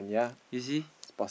you see